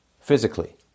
physically